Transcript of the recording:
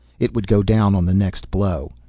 it would go down on the next blow.